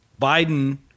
Biden